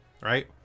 right